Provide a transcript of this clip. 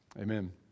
Amen